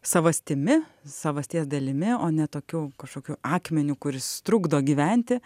savastimi savasties dalimi o ne tokiu kažkokiu akmeniu kuris trukdo gyventi